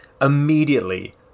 immediately